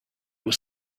was